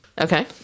Okay